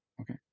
Okay